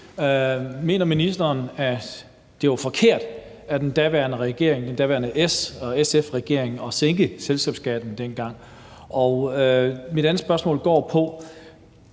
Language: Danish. Mener ministeren, at det var forkert af den daværende SRSF-regering at sænke selskabsskatten dengang? Mit andet spørgsmål går på,